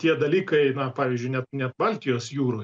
tie dalykai na pavyzdžiui net net baltijos jūroj